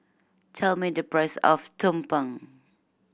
tell me the price of tumpeng